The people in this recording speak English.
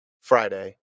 Friday